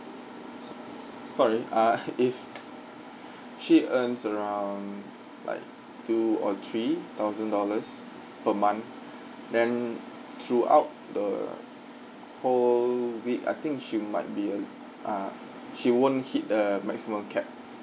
so~ sorry ah if she earns around like two or three thousand dollars per month then throughout the whole week I think she might be a l~ ah she won't hit the maximum cap